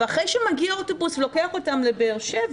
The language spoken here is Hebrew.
ואחרי שמגיע האוטובוס ולוקח אותם לבאר שבע